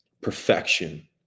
Perfection